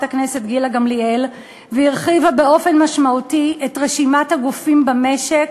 הכנסת גילה גמליאל והרחיבה באופן משמעותי את רשימת הגופים במשק